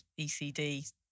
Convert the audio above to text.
ECD